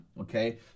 okay